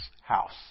house